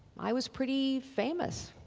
i was pretty famous